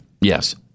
Yes